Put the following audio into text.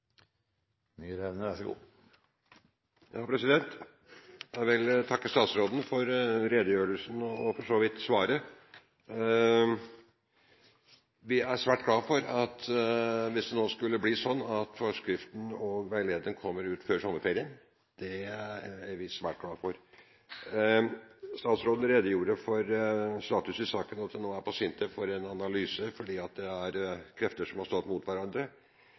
og for så vidt svaret. Hvis det nå blir sånn at forskriften og veilederen kommer ut før sommerferien, så er vi svært glad for det. Statsråden redegjorde for status i saken, at saken nå blir vurdert av SINTEF fordi det her er krefter som har stått mot hverandre.